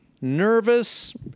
nervous